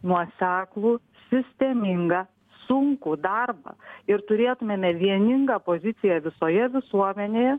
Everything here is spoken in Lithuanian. nuoseklų sistemingą sunkų darbą ir turėtumėme vieningą poziciją visoje visuomenėje